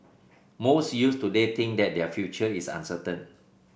most youths today think that their future is uncertain